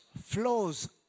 flows